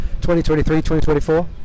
2023-2024